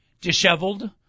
disheveled